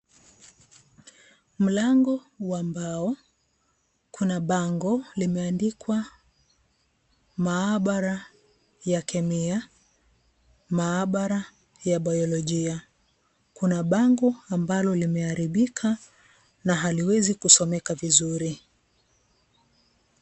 Mlango wa mbao. Kuna bango limeandikwa maabara ya kemia, maabara ya bioyolojia. Kuna bango ambalo limeharibika na haliwezi kusomeka vizuri.